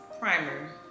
primer